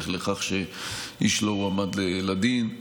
לכך שאיש לא הועמד לדין,